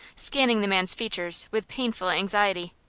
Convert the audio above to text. scanning the man's features with painful anxiety.